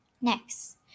next